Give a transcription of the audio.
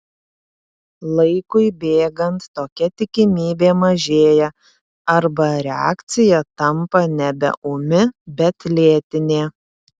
laikui bėgant tokia tikimybė mažėja arba reakcija tampa nebe ūmi bet lėtinė